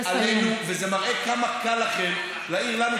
וזה מראה כמה קל לכם להעיר לנו,